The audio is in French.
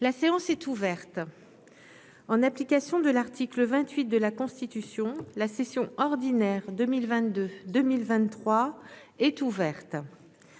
La séance est ouverte, en application de l'article 28 de la Constitution, la session ordinaire 2022 2023 est ouverte